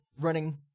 running